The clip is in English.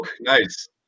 Nice